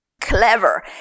clever